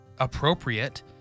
appropriate